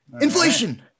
Inflation